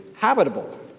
habitable